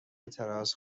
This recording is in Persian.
اعتراض